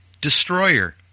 Destroyer